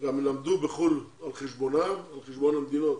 הם למדו בחוץ לארץ על חשבונם, על חשבון המדינות